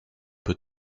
peu